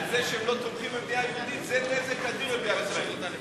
זה שהם לא תומכים במדינה יהודית וזה נזק אדיר למדינת ישראל.